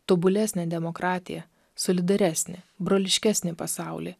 tobulesnę demokratiją solidaresnį broliškesnį pasaulį